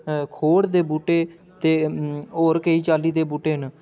खोड़ दे बूह्टे ते केईं होर चाल्ली दे बूह्टे न